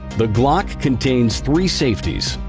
the glock contains three safeties.